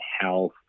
health